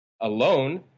alone